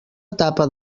etapa